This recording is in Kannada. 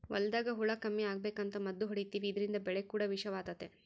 ಹೊಲದಾಗ ಹುಳ ಕಮ್ಮಿ ಅಗಬೇಕಂತ ಮದ್ದು ಹೊಡಿತಿವಿ ಇದ್ರಿಂದ ಬೆಳೆ ಕೂಡ ವಿಷವಾತತೆ